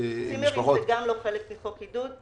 צימרים זה גם לא חלק מחוק עידוד.